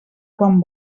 quan